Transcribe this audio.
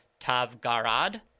Tavgarad